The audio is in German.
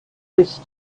ist